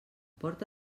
porta